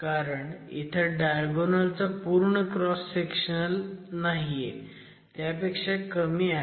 कारण इथं डायगोनल चा पूर्ण क्रॉस सेक्शनल नाहीये त्यापेक्षा कमी आहे